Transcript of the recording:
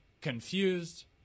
confused